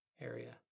area